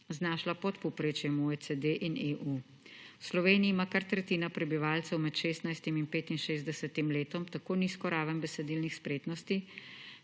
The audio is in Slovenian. znašla pod povprečjem OECD in EU. V Sloveniji ima kar tretjina prebivalcev med 16 in 65 letom tako nizko raven besedilnih spretnosti,